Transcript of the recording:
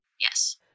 Yes